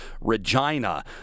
Regina